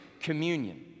Communion